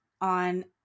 on